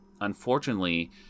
unfortunately